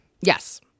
Yes